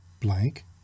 blank